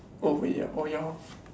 over already oh ya hor